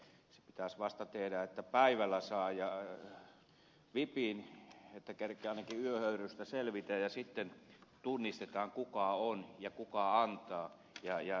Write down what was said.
se pitäisi tehdä niin että vasta päivällä saa vipin että kerkiää ainakin yöhöyrystä selvitä ja sitten tunnistetaan kuka on ja kuka antaa ja näin